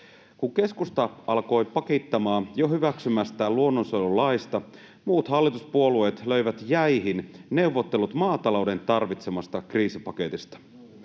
Kun keskusta alkoi pakittamaan jo hyväksymästään luonnonsuojelulaista, muut hallituspuolueet löivät jäihin neuvottelut maatalouden tarvitsemasta kriisipaketista.